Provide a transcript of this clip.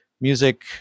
music